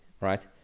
right